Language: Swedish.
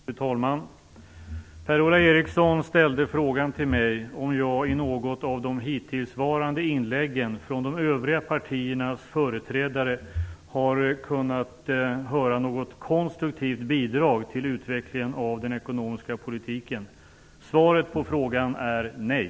Fru talman! Per-Ola Eriksson frågade mig om jag i något av de hittillsvarande inläggen från de övriga partiernas företrädare har lagt märke till något konstruktivt bidrag till utvecklingen av den ekonomiska politiken. Svaret på frågan är: Nej.